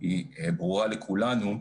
ברורה לכולנו.